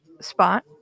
spot